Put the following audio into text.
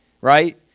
right